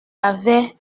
avait